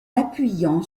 appuyant